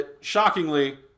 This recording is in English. Shockingly